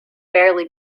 barely